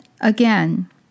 again